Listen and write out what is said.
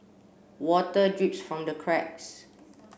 water drips from the cracks